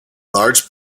large